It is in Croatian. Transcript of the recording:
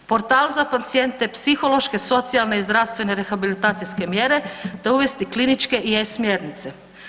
Portal za pacijente psihološke, socijalne i zdravstvene rehabilitacijske mjere, te uvesti kliničke i e-smjernice.